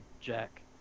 jack